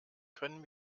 können